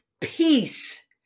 peace